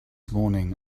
morning